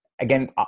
again